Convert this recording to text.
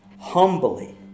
humbly